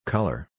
Color